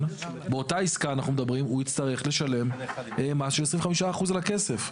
הוא יצטרך לשלם מס של 25% על המזומן.